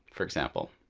for example.